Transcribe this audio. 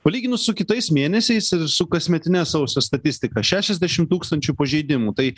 palyginus su kitais mėnesiais ir su kasmetine sausio statistika šešiasdešim tūkstančių pažeidimų tai